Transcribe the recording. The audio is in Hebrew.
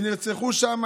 נרצחו שם